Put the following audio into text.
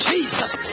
Jesus